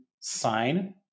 sign